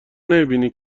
نمیبینی